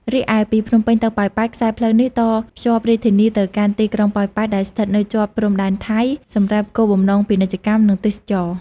រីឯពីភ្នំពេញទៅប៉ោយប៉ែត ខ្សែផ្លូវនេះតភ្ជាប់រាជធានីទៅកាន់ទីក្រុងប៉ោយប៉ែត ដែលស្ថិតនៅជាប់ព្រំដែនថៃ សម្រាប់គោលបំណងពាណិជ្ជកម្ម និងទេសចរណ៍។